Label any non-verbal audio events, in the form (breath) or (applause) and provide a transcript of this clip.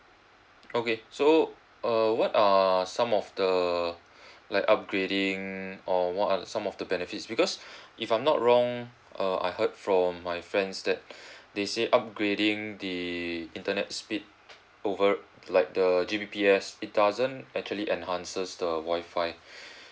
okay so err what are some of the (breath) like upgrading or what are the some of the benefits because (breath) if I'm not wrong uh I heard from my friends that (breath) they say upgrading the internet speed over like the G_B_P_S it doesn't actually enhances the Wi-Fi (breath)